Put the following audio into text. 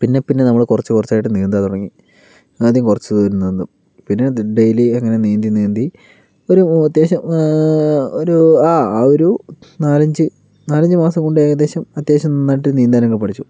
പിന്നെപ്പിന്നെ നമ്മള് കുറച്ചു കുറച്ച് ആയിട്ട് നീന്താൻ തുടങ്ങി ആദ്യം കുറച്ചു ദൂരം നീന്തും പിന്നെ ഡെയിലി അങ്ങനെ നീന്തി നീന്തി ഒരു അത്യാവശ്യം ഒരു ആ ആ ഒരു നാലഞ്ച് നാലഞ്ച് മാസം കൊണ്ട് ഏകദേശം അത്യാവശ്യം നന്നായിട്ട് നീന്താൻ ഒക്കെ പഠിച്ചു